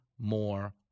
more